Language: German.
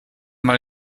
mal